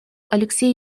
алексей